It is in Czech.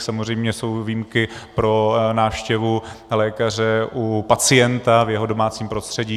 Samozřejmě jsou výjimky pro návštěvu lékaře u pacienta v jeho domácím prostředí.